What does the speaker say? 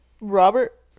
Robert